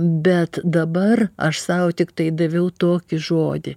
bet dabar aš sau tiktai daviau tokį žodį